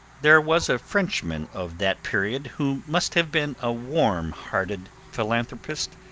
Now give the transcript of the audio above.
there was a frenchman of that period who must have been a warm-hearted philanthropist,